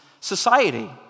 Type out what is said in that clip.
society